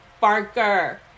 Barker